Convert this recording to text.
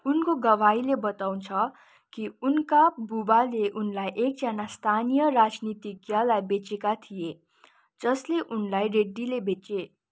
उनको गवाहीले बताउँछ कि उनका बुबाले उनलाई एकजना स्थानीय राजनीतिज्ञलाई बेचेका थिए जसले उनलाई रेड्डीले बेचे